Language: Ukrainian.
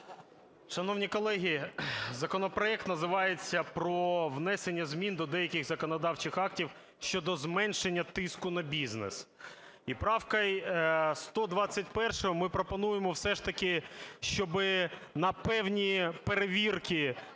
Шановні колеги, законопроект називається "про внесення змін до деяких законодавчих актів щодо зменшення тиску на бізнес". І правкою 121 ми пропонуємо все ж таки, щоби на певні перевірки